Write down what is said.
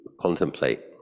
contemplate